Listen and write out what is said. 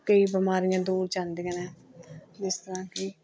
ਕਈ ਬਿਮਾਰੀਆਂ ਦੂਰ ਜਾਂਦੀਆਂ ਨੇ ਜਿਸ ਤਰ੍ਹਾਂ ਕਿ